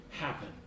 happen